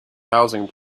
housing